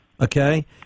Okay